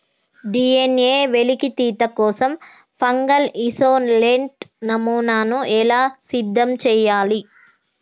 DNA వెలికితీత కోసం fungal isolate నమూనాను ఎలా సిద్ధం చెయ్యాలి?